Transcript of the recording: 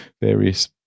various